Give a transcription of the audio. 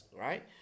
Right